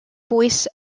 voice